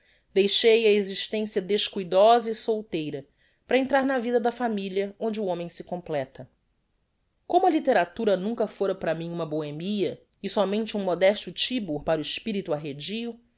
deixei a existencia descuidosa e solteira para entrar na vida da familia onde o homem se completa como a litteratura nunca fôra para mim uma bohemia e somente um modesto tibur para o espirito arredio